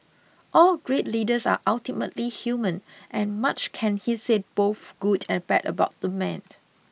all great leaders are ultimately human and much can be said both good and bad about the man